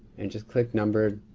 and just click numbered,